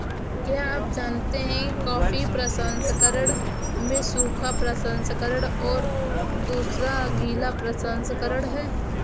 क्या आप जानते है कॉफ़ी प्रसंस्करण में सूखा प्रसंस्करण और दूसरा गीला प्रसंस्करण है?